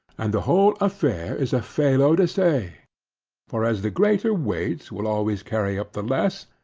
and the whole affair is a felo de se for as the greater weight will always carry up the less,